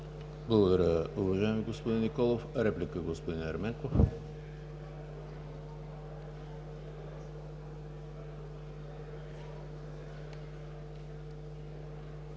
Благодаря, уважаеми господин Николов. Реплика – господин Ерменков.